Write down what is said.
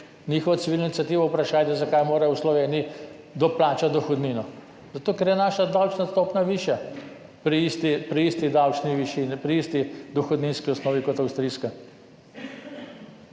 Njihovo civilno iniciativo vprašajte, zakaj morajo v Sloveniji doplačati dohodnino. Zato ker je naša davčna stopnja višja pri isti dohodninski osnovi, kot je avstrijska.